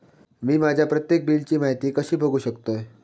मी माझ्या प्रत्येक बिलची माहिती कशी बघू शकतय?